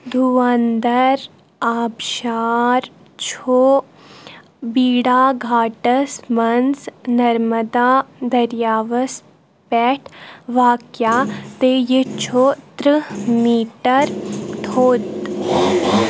دھواندھر آبشار چھُ بھیڈاگھاٹس منٛز نرمدا دٔریاوس پیٚٹھ واقعیا تہٕ ییٚتہِ چھُ ترٕٛہ میٖٹر تھوٚد